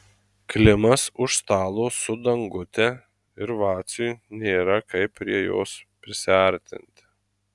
klimas už stalo su dangute ir vaciui nėra kaip prie jos prisiartinti